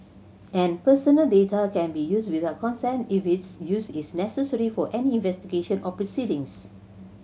and personal data can be used without consent if its use is necessary for any investigation or proceedings